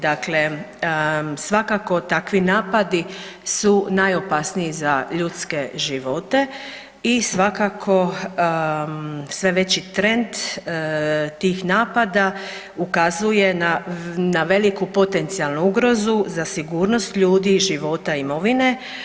Dakle, svakako takvi napadi su najopasniji za ljudske živote i svakako sve veći trend tih napada ukazuje na veliku potencijalnu ugrozu, za sigurnost ljudi, života i imovine.